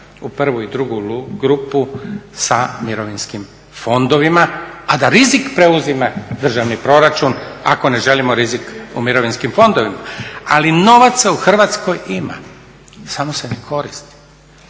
u prvu i drugu grupu sa mirovinskim fondovima, a da rizik preuzima državni proračun ako ne želimo rizik u mirovinskim fondovima. Ali novaca u Hrvatskoj ima samo se ne koristi.